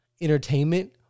entertainment